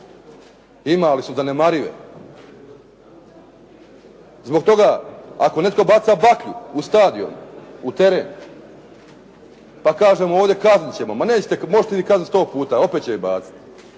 ali su zanemarive. Zbog toga ako netko baca baklju u stadion, u teren pa kažemo ovdje kaznit ćemo. Ma možete vi kazniti sto puta, opet će ih baciti.